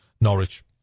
Norwich